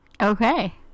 Okay